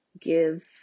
give